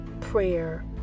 prayer